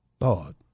Lord